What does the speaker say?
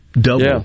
double